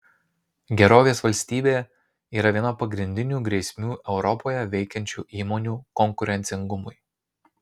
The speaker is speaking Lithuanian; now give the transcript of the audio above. gerovės valstybė yra viena pagrindinių grėsmių europoje veikiančių įmonių konkurencingumui